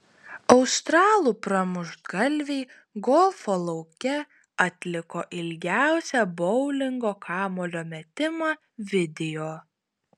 australų pramuštgalviai golfo lauke atliko ilgiausią boulingo kamuolio metimą video